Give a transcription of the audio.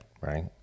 right